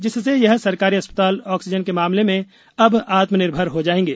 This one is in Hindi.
जिससे यह सरकारी अस् ताल ऑक्सीजन के मामले में अब आत्मनिर्भर हो जायेगे